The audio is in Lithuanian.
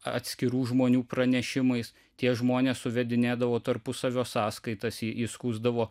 atskirų žmonių pranešimais tie žmonės suvedinėdavo tarpusavio sąskaitas įskųsdavo